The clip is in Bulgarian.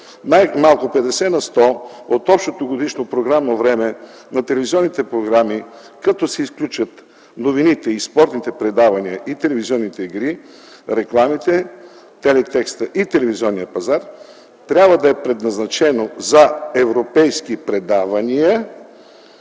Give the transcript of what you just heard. Най-малко 50 на сто от общото годишно програмно време на телевизионните програми, като се изключат новините и спортните предавания, телевизионните игри, рекламите, телетекстът и телевизионният пазар, трябва да е предназначено за европейски предавания,